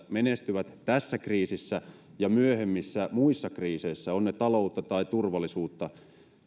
menestyvät tässä kriisissä ja myöhemmissä muissa kriiseissä ovat ne taloutta tai turvallisuutta